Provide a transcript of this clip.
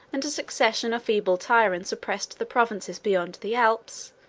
and a succession of feeble tyrants oppressed the provinces beyond the alps,